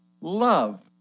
love